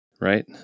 right